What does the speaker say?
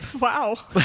wow